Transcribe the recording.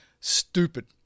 stupid